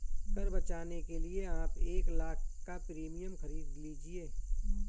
कर बचाने के लिए आप एक लाख़ का प्रीमियम खरीद लीजिए